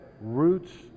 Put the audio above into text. roots